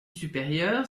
supérieure